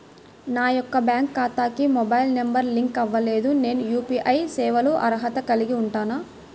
నా యొక్క బ్యాంక్ ఖాతాకి మొబైల్ నంబర్ లింక్ అవ్వలేదు నేను యూ.పీ.ఐ సేవలకు అర్హత కలిగి ఉంటానా?